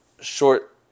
Short